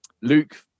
Luke